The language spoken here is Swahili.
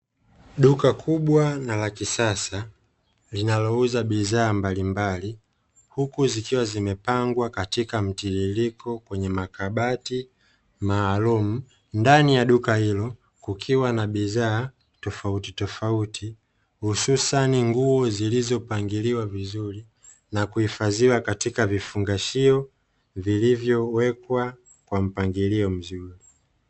Duka kubwa na la kisasa linalouza bidhaa mbalimbali huku zikiwa zimepangwa katika mtiririko kwenye makabati maalumu. Ndani ya duka hilo kukiwa na bidhaa tofautitofauti hususani nguo zilizopangiliwa vizuri na kuhifadhiwa katika vifungashio vilivyowekwa kwa mpangilio mzuri.